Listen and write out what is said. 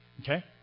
Okay